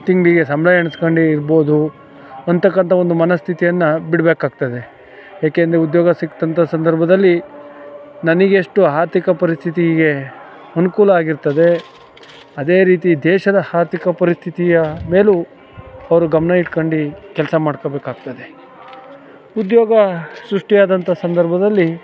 ತಿಂಗಳಿಗೆ ಸಂಬಳ ಎಣಿಸ್ಕೊಂಡು ಇರ್ಬೋದು ಅಂತಕ್ಕಂಥ ಒಂದು ಮನಸ್ಥಿತಿಯನ್ನ ಬಿಡಬೇಕಾಗ್ತದೆ ಯಾಕೆ ಅಂದು ಉದ್ಯೋಗ ಸಿಕ್ತು ಅಂಥ ಸಂದರ್ಭದಲ್ಲಿ ನನಗೆಷ್ಟು ಆರ್ಥಿಕ ಪರಿಸ್ಥಿತಿಗೆ ಅನುಕೂಲ ಆಗಿರ್ತದೆ ಅದೇ ರೀತಿ ದೇಶದ ಆರ್ಥಿಕ ಪರಿಸ್ಥಿತಿಯ ಮೇಲು ಅವರು ಗಮನ ಹಿಡ್ಕೊಂಡು ಕೆಲಸ ಮಾಡ್ಕೋಬೇಕಾಗ್ತದೆ ಉದ್ಯೋಗ ಸೃಷ್ಟಿಯಾದಂಥ ಸಂದರ್ಭದಲ್ಲಿ